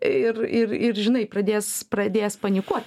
ir ir ir žinai pradės pradės panikuot